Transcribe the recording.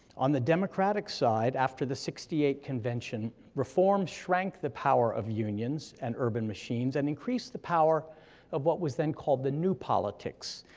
on the democratic side, after the sixty eight convention, reform shrank the power of unions and urban machines, and increased the power of what was then called the new politics,